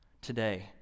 today